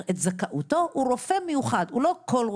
את זכאותו הוא רופא מיוחד והוא לא כל רופא.